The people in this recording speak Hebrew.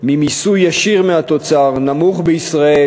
ממיסוי ישיר מהתוצר נמוכות בישראל